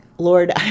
Lord